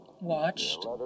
Watched